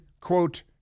quote